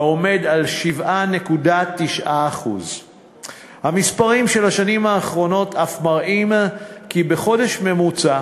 העומד על 7.9%. המספרים של השנים האחרונות אף מראים כי בחודש ממוצע